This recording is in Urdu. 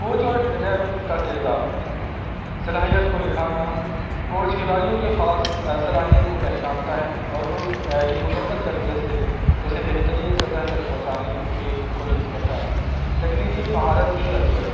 کوچ اور ٹرینر کا کردار صلاحیت کو نکھارنا کوچ کھلاڑیوں کے خاص صلاحیت کو پہچانتا ہے اور اس کی مکمل تربیت سے اسے بہترین سطح تک پہنچانے کی کوشش کرتا ہے تکنیکی مہارت کی تربیت